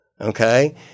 Okay